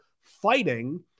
fighting